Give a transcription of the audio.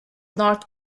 north